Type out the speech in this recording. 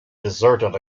deserted